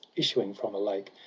issuing from a lake,